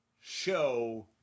show